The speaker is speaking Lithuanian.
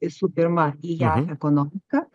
visų pirma į jav ekonomiką